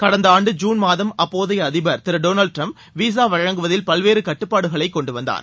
கடந்த ஆண்டு ஜுன் மாதம் அப்போதைய அதிபர் திரு டோனால்டு டிரம்ப் விசா வழங்குவதில் பல்வேறு கட்டுப்பாடுகளை கொண்டு வந்தார்